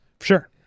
sure